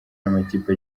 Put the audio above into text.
n’amakipe